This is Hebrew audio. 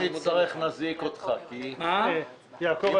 חבר הכנסת יעקב אשר